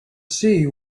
see